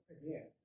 again